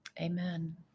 Amen